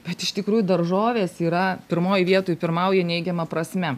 bet iš tikrųjų daržovės yra pirmoj vietoj pirmauja neigiama prasme